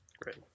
Great